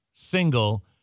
single